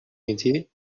métier